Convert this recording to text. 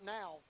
now